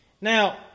Now